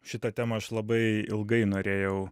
šitą temą aš labai ilgai norėjau